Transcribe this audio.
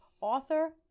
author